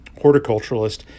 horticulturalist